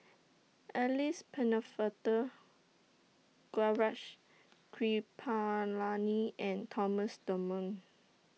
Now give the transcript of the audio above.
Alice Pennefather Gaurav She Kripalani and Thomas Dunman